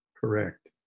Correct